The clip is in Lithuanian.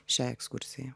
šiai ekskursijai